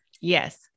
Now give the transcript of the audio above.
Yes